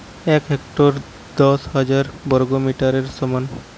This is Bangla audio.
এক হেক্টর দশ হাজার বর্গমিটারের সমান